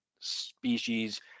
species